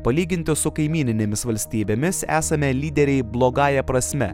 palyginti su kaimyninėmis valstybėmis esame lyderiai blogąja prasme